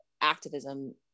activism